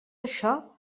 això